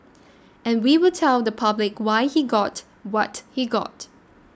and we will tell the public why he got what he got